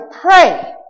pray